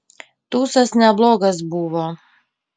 tūsas neblogas buvo